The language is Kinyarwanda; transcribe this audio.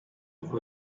uko